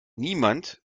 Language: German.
niemand